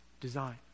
design